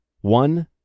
one